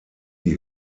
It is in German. die